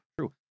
true